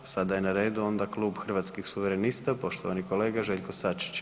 Sada je na redu onda Klub Hrvatskih suverenista, poštovani kolega Željko Sačić.